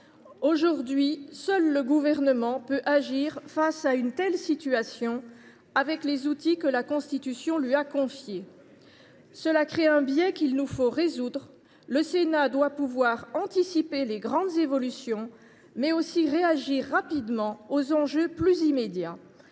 Aujourd’hui, seul le Gouvernement peut agir face à une telle situation, avec les outils que la Constitution lui a confiés. Cela crée un biais qu’il nous faut résoudre : le Sénat doit pouvoir anticiper les grandes évolutions, mais aussi réagir rapidement aux enjeux plus immédiats.